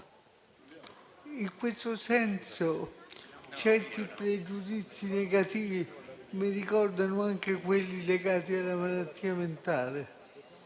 In questo senso, certi pregiudizi negativi mi ricordano quelli legati alla malattia mentale: